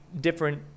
different